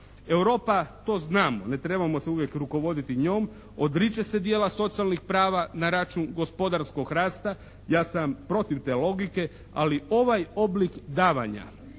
Europa, to znamo, ne trebamo se uvijek rukovoditi njome, odriče se dijela socijalnih prava na račun gospodarskog rasta. Ja sam protiv te logike, ali ovaj oblik davanja